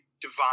divine